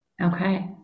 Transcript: Okay